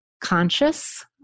conscious